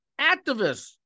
activists